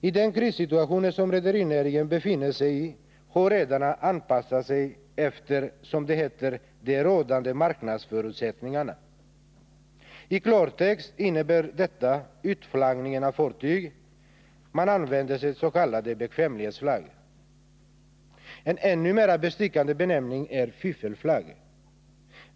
I den krissituation som rederinäringen befinner sig i har redarna anpassat sig efter, som det heter, de rådande marknadsförutsättningarna. I klartext innebär detta utflaggning av fartyg. Man använder s.k. bekvämlighetsflagg. En ännu mer bestickande benämning är fiffelflagg.